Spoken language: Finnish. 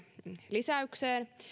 lisäykseen